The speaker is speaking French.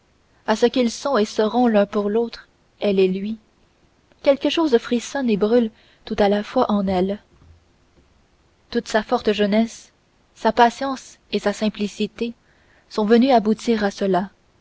à ce qu'ils sont et seront l'un pour l'autre elle et lui quelque chose frissonne et brûle tout à la fois en elle toute sa forte jeunesse sa patience et sa simplicité sont venues aboutir à cela